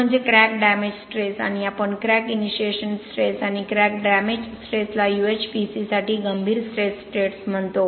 तो म्हणजे crack damage stress आणि आपण क्रॅक इनिशिएशन स्ट्रेस आणि क्रॅक डॅमेज स्ट्रेसला UHPC साठी गंभीर स्ट्रेस स्टेट म्हणतो